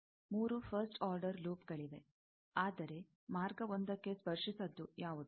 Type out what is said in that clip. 3 first order ಲೂಪ್ಗಳಿವೆ ಆದರೆ ಮಾರ್ಗ 1ಕ್ಕೆ ಸ್ಪರ್ಶಿಸದ್ದು ಯಾವುದು